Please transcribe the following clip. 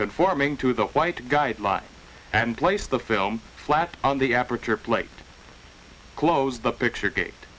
conforming to the white guide lines and place the film flat on the aperture plate close the picture gate